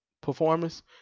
performance